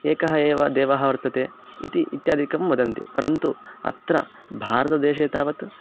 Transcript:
एकः एव देवः वर्तते इति इत्यादिकं वदन्ति परन्तु अत्र भारतदेशे तावत्